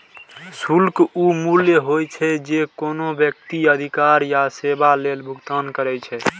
शुल्क ऊ मूल्य होइ छै, जे कोनो व्यक्ति अधिकार या सेवा लेल भुगतान करै छै